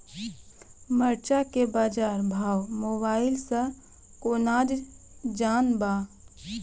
मरचा के बाजार भाव मोबाइल से कैनाज जान ब?